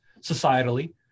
societally